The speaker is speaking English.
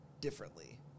differently